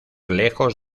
lejos